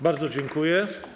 Bardzo dziękuję.